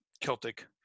celtic